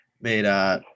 made